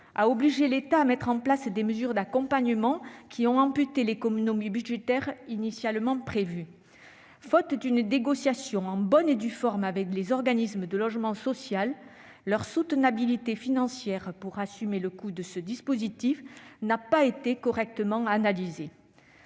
a obligé l'État à mettre en place des mesures d'accompagnement qui ont amputé l'économie budgétaire initialement prévue. Faute d'une négociation en bonne et due forme avec les organismes de logement social, la soutenabilité financière des conséquences pour eux de ce dispositif n'a pas été correctement analysée.